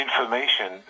information